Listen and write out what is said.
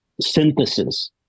synthesis